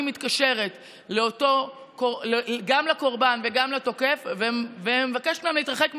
מתקשרת גם לקורבן וגם לתוקף ומבקשת מהם להתרחק מהאזור,